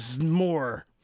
more